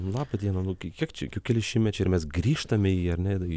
nu laba diena nu kiek čia keli šimtmečiai ir mes grįžtam į ar ne į